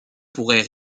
pourraient